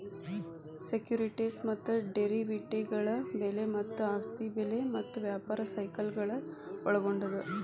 securities ಮತ್ತ ಡೆರಿವೇಟಿವ್ಗಳ ಬೆಲೆ ಮತ್ತ ಆಸ್ತಿ ಬೆಲೆ ಮತ್ತ ವ್ಯಾಪಾರ ಸೈಕಲ್ಗಳನ್ನ ಒಳ್ಗೊಂಡದ